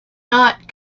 not